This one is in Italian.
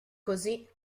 così